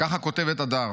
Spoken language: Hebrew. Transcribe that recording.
כך כותבת הדר: